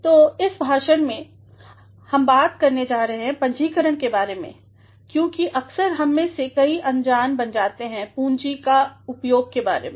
तो इस भाषण में हम बात करने जा रहे हैं पूंजीकरणके बारे में क्योंकि अक्सर हम में से कई अनजान बन जाते हैंपूंजीके उपयोग के बारे में